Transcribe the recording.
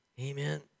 Amen